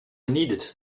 needed